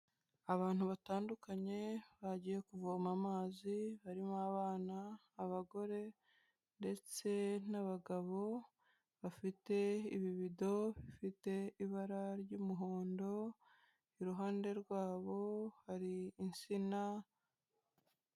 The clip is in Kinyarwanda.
Abantu batandukanye bagiye kuvoma amazi barimo abana, abagore ndetse n'abagabo, bafite ibibido bifite ibara ry'umuhondo, iruhande rwabo hari insina.